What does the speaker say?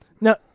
Now